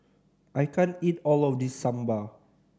I can't eat all of this Sambar